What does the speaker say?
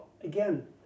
again